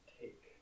take